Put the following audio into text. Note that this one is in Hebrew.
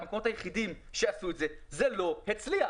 המקומות היחידים שעשו את זה וזה לא הצליח.